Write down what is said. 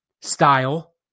style